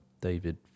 David